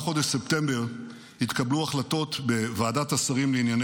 במהלך חודש ספטמבר התקבלו החלטות בוועדת השרים לענייני